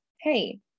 Hey